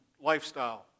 lifestyle